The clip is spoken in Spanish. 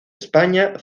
españa